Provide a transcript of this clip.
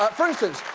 but for instance,